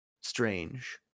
strange